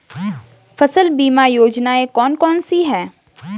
फसल बीमा योजनाएँ कौन कौनसी हैं?